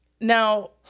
now